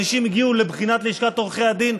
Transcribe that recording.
אנשים הגיעו לבחינת לשכת עורכי הדין,